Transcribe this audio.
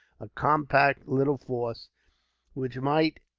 a compact little force which might,